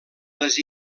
les